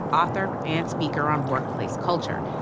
author and speaker on workplace culture.